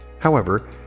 However